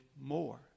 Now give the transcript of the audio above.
more